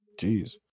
Jeez